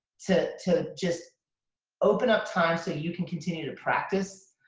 to to just open ah times so you can continue to practice.